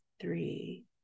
three